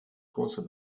großer